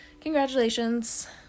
Congratulations